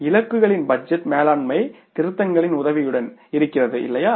இலக்குகளின் budget மேலாண்மை திருத்தங்களின் உதவியுடன் இல்லையா